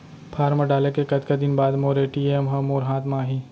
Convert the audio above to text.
Form डाले के कतका दिन बाद मोर ए.टी.एम ह मोर हाथ म आही?